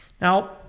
Now